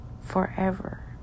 Forever